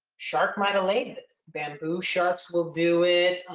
shark might've laid this. bamboo sharks will do it.